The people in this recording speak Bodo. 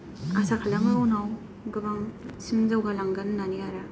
आसा खालामो उनाव गोबांसिम जौगालांगोन होननानै आरो